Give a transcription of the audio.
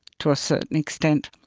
to a certain extent.